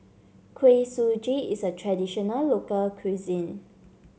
Kuih Suji is a traditional local cuisine